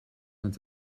met